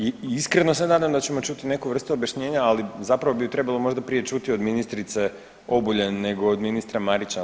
Iskreno se nadam da ćemo čuti neku vrstu objašnjenja, ali zapravo bi je trebalo možda prije čuti od ministrice Obuljen, nego od ministra Marića.